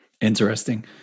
Interesting